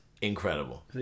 incredible